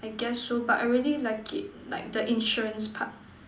I guess so but I really like it like the insurance part